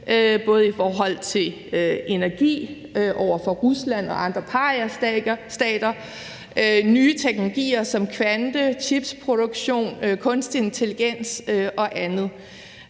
både i forhold til energi over for Rusland og andre pariastater og nye teknologier som kvantechipproduktion, kunstig intelligens og andet?